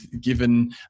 given